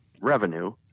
revenue